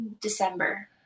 December